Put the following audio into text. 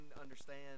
understand